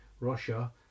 Russia